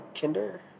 kinder